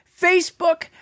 Facebook